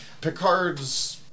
Picard's